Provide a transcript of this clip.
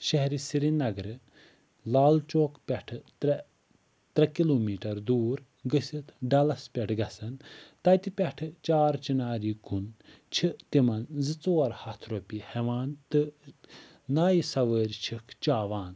شہرِ سرینَگرٕ لال چوک پٮ۪ٹھ ترٛےٚ ترٛےٚ کلو میٖٹر دوٗر گٔژھِتھ ڈَلَس پٮ۪ٹھ گَژھَن تتہِ پٮ۪ٹھ چار چِناری کُن چھ تِمَن زٕ ژور ہتھ رۄپیہِ ہیٚوان تہٕ نایہِ سَوٲرۍ چھِکھ چیٛاوان